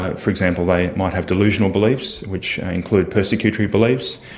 ah for example they might have delusional beliefs which include persecutory beliefs,